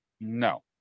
No